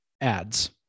ads